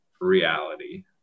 reality